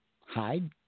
Hide